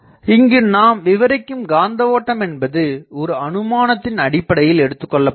இங்கு நாம் விவரிக்கும் காந்த ஓட்டம் என்பது ஒரு அனுமானத்தின் அடிப்படையில் எடுத்துக்கொள்ளப்படுகிறது